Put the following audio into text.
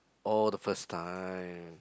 oh the first time